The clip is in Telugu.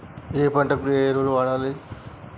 ఏయే పంటకు ఏ ఎరువులు వాడాలి?